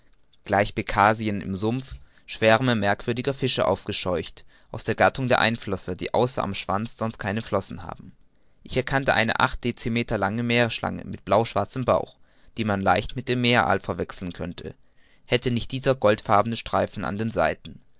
gleich becassinen im sumpf schwärme merkwürdiger fische aufgescheucht aus der gattung der einflosser die außer am schwanz sonst keine flossen haben ich erkannte eine acht decimeter lange meerschlange mit blauschwarzem bauch die man leicht mit dem meer aal verwechseln könnte hätte nicht dieser goldfarbene streifen an den seiten